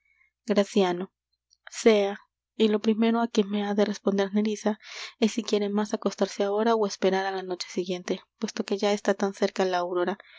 sea y lo primero á que me ha de responder nerissa es si quiere más acostarse ahora ó esperar á la noche siguiente puesto que ya está tan cercana la aurora